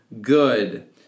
good